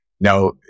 Now